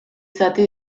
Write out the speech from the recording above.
zati